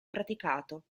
praticato